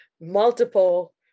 multiple